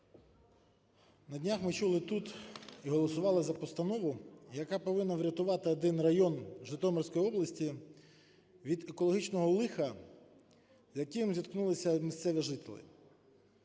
На днях ми чули тут і голосували за постанову, яка повинна врятувати один район в Житомирській області від екологічного лиха, з яким зіткнулися місцеві жителі.